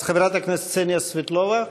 אז חברת הכנסת קסניה סבטלובה.